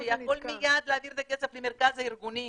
שיכול מיד להעביר את הכסף למרכז הארגונים.